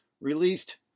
released